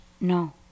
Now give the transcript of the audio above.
No